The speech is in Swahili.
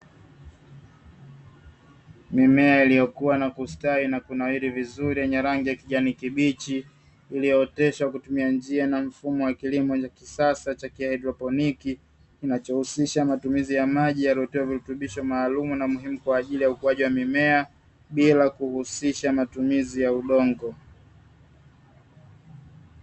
Mimea iliyokuwa na kustawi na kunawiri vizuri yenye rangi ya kijani kibichi, iliyooteshwa kwa kutumia njia na mfumo wa kilimo cha kisasa cha haidroponi, kinachohusisha matumizi ya maji yaliyotiwa virutubisho maalumu na muhimu kwa ajili ya ukuaji wa mimea, bila kuhusisha matumizi ya udongo.